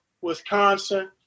Wisconsin